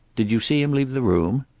did you see him leave the room?